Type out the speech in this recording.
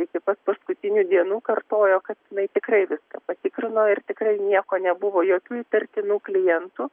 iki pat paskutinių dienų kartojo kad jinai tikrai viską patikrino ir tikrai nieko nebuvo jokių įtartinų klientų